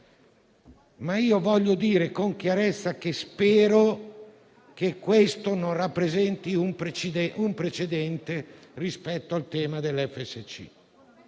Voglio dire con chiarezza che spero che questo non rappresenti un precedente rispetto al tema dell'FSC,